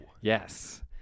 Yes